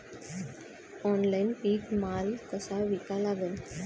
Online पीक माल कसा विका लागन?